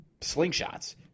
slingshots